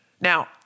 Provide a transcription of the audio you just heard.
Now